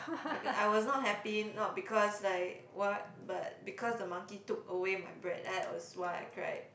okay I was not happy not because like what but because the monkey took away my bread that was why I cried